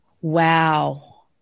Wow